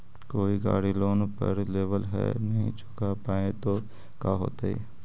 कोई गाड़ी लोन पर लेबल है नही चुका पाए तो का होतई?